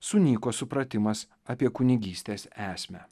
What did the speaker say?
sunyko supratimas apie kunigystės esmę